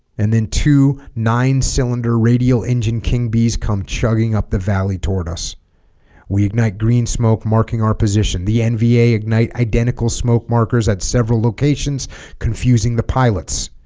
and then two nine cylinder radial engine king bees come chugging up the valley toward us we ignite green smoke marking our position the nva ignite identical smoke markers at several locations confusing the pilots